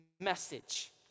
message